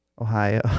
Ohio